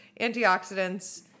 antioxidants